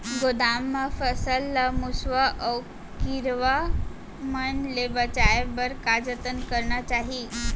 गोदाम मा फसल ला मुसवा अऊ कीरवा मन ले बचाये बर का जतन करना चाही?